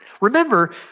Remember